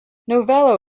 novello